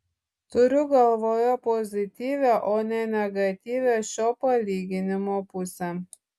turiu galvoje pozityvią o ne negatyvią šio palyginimo pusę